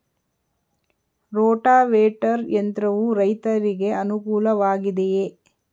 Rotavator ಯಂತ್ರವು ರೈತರಿಗೆ ಅನುಕೂಲ ವಾಗಿದೆಯೇ?